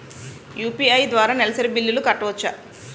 UPI ద్వారా నెలసరి బిల్లులు కట్టవచ్చా?